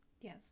Yes